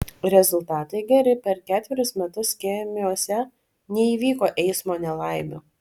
rezultatai geri per ketverius metus skėmiuose neįvyko eismo nelaimių